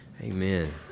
Amen